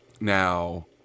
Now